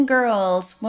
Girls